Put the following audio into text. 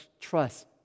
trust